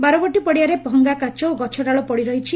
ବାରବାଟୀ ପଡ଼ିଆରେ ଭଙ୍ଗାକାଚ ଓ ଗଛ ଡାଳ ପଡ଼ିରହିଛି